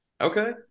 Okay